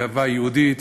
גאווה יהודית,